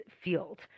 field